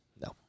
No